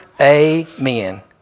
Amen